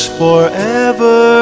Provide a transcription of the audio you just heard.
forever